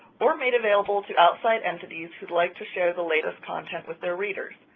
or made available to outside entities who'd like to share the latest content with their readers.